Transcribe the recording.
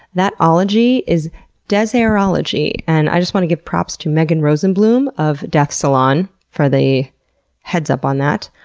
that ology is deserology and i just want to give props to megan rosenbloom of death salon for the heads up on that.